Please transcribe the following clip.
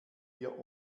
wir